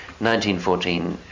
1914